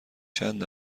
چند